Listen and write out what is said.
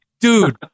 dude